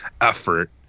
effort